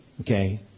Okay